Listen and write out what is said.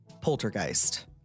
Poltergeist